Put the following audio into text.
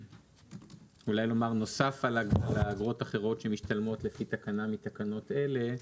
אולי נאמר נוסף על האגרות האחרות שמשתלמות לפי תקנה מתקנות אלה,